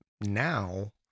now